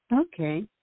Okay